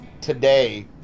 Today